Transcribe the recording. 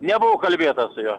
nebuvo kalbėta su juo